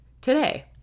today